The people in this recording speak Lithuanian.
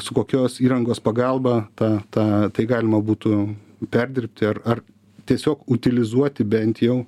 su kokios įrangos pagalba tą tą tai galima būtų perdirbti ar ar tiesiog utilizuoti bent jau